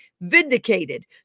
vindicated